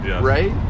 right